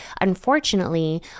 Unfortunately